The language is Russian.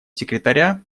секретаря